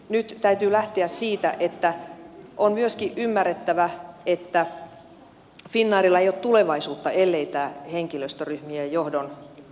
nyt täytyy lähteä siitä että on myöskin ymmärrettävä että finnairilla ei ole tulevaisuutta ellei tämä henkilöstöryhmien ja johdon dialogi jatku